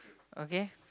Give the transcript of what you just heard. okay